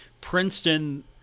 Princeton